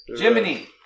Jiminy